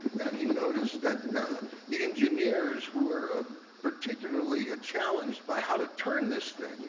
and he noticed that the engineers were particularly challenged by how to turn this thing. you